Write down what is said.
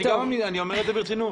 אני אומר את זה ברצינות.